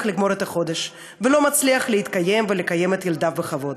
לגמור את החודש ולא מצליח להתקיים ולקיים את ילדיו בכבוד.